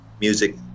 music